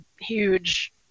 huge